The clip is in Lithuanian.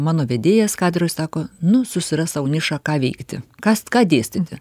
mano vedėjas katedros sako nu susirask sau nišą ką veikti kas ką dėstyti